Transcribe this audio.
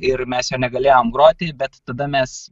ir mes jo negalėjom groti bet tada mes